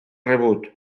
rebut